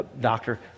Doctor